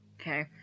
Okay